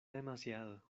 demasiado